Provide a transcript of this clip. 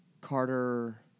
Carter